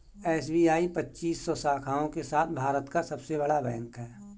SBI पच्चीस सौ शाखाओं के साथ भारत का सबसे बड़ा बैंक है